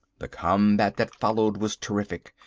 the combat that followed was terrific.